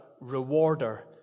rewarder